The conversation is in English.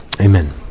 Amen